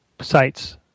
sites